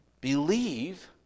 Believe